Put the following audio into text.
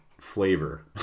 flavor